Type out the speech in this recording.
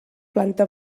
planta